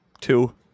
two